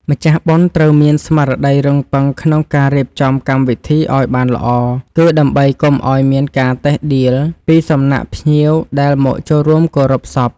ម្ចាស់បុណ្យត្រូវមានស្មារតីរឹងប៉ឹងក្នុងការរៀបចំកម្មវិធីឱ្យបានល្អ គឺ ដើម្បីកុំឱ្យមានការតិះដៀលពីសំណាក់ភ្ញៀវដែលមកចូលរួមគោរពសព។